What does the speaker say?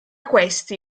questi